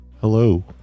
Hello